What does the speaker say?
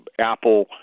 Apple